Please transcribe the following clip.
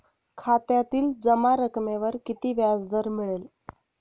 खात्यातील जमा रकमेवर किती व्याजदर मिळेल?